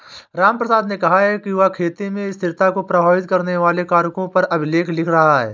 रामप्रसाद ने कहा कि वह खेती में स्थिरता को प्रभावित करने वाले कारकों पर आलेख लिख रहा है